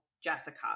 Jessica